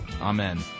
Amen